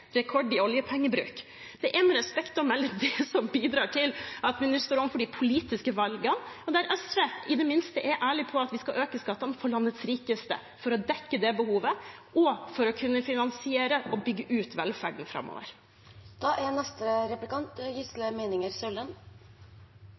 rekord i oljepengebruk, er det med respekt å melde det som bidrar til at vi nå står overfor de politiske valgene. SV er i det minste ærlig på at vi skal øke skattene for landets rikeste for å dekke det behovet og for å kunne finansiere og bygge ut velferden framover. Det er